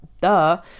duh